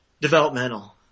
developmental